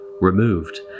removed